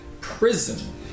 prison